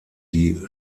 die